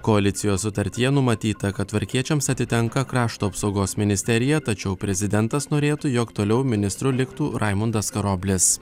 koalicijos sutartyje numatyta kad tvarkiečiams atitenka krašto apsaugos ministerija tačiau prezidentas norėtų jog toliau ministru liktų raimundas karoblis